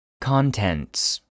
Contents